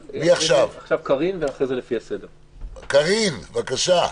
קארין, בבקשה.